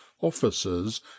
officers